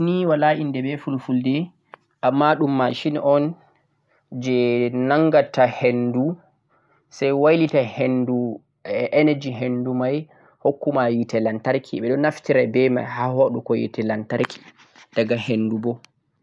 wind turbines ni wala inde beh fulfulde amma don machine on jeh nangata hendu sai wailita energy hendu mai hokkuma yite lantarki bedo naftira beh mai ha wadugo yite lantarki daga hendu boh